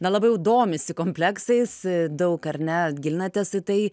na labai jau domisi kompleksais daug ar net gilinatės į tai